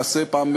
למעשה פעם